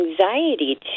anxiety